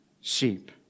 sheep